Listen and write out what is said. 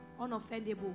unoffendable